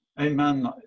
Amen